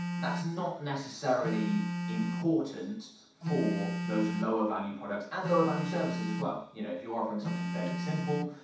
that's not necessarily important for those lower value products, and lower value services as well. you know if you're offering something fairly simple,